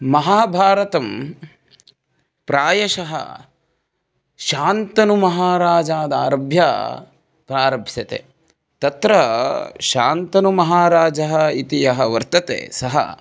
महाभारतं प्रायशः शान्तनुमहाराजादारभ्य प्रारप्स्यते तत्र शान्तनुमहाराजः इति यः वर्तते सः